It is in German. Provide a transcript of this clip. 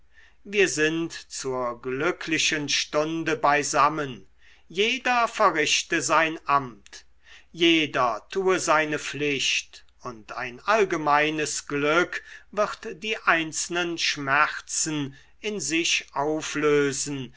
wir sind zur glücklichen stunde beisammen jeder verrichte sein amt jeder tue seine pflicht und ein allgemeines glück wird die einzelnen schmerzen in sich auflösen